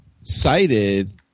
cited